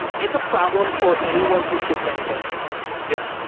it's a problem for anyone who ships anything right now. yeah,